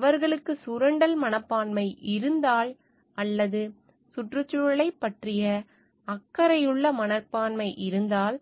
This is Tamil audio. அவர்களுக்குச் சுரண்டல் மனப்பான்மை இருந்தால் அல்லது சுற்றுச்சூழலைப் பற்றிய அக்கறையுள்ள மனப்பான்மை இருந்தால்